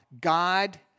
God